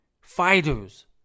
fighters